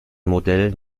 modell